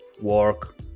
work